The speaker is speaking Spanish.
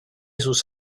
sus